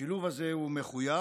השילוב הזה הוא מחויב,